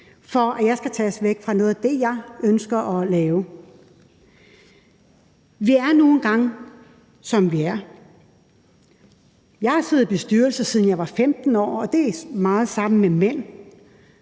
for at jeg skal tages væk fra noget af det, jeg skal ønsker at lave. Vi er nu engang, som vi er. Jeg har siddet i bestyrelser, siden jeg var 15 år, og det har været meget sammen med mænd,